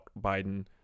biden